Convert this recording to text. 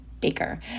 baker